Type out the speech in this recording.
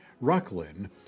Rocklin